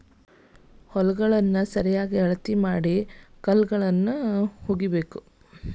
ಹೊಲಗಳನ್ನಾ ಸರಿಯಾಗಿ ಅಳತಿ ಮಾಡಿ ಕಲ್ಲುಗಳು ಹುಗಿಬೇಕು